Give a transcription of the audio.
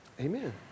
Amen